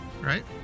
Right